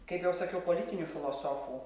kaip jau sakiau politinių filosofų